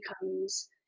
becomes